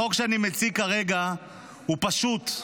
החוק שאני מציג כרגע הוא פשוט,